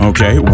Okay